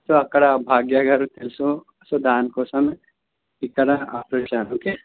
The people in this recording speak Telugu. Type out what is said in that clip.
సో అక్కడ భాగ్యగారు తెలుసు సో దాని కోసం ఇక్కడ అప్లయ్ చేశాను ఓకే